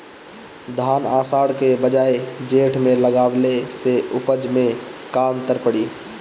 धान आषाढ़ के बजाय जेठ में लगावले से उपज में का अन्तर पड़ी?